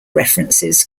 references